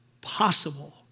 possible